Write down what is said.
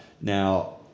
Now